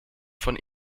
von